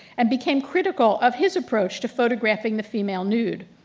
and became critical of his approach to photographing the female nude.